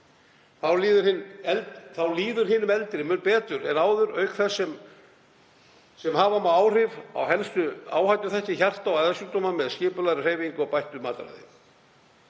Þá líður hinum eldri mun betur en áður auk þess sem hafa má áhrif á helstu áhættuþætti hjarta- og æðasjúkdóma með skipulagðri hreyfingu og bættu mataræði.